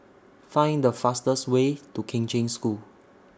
Find The fastest Way to Kheng Cheng School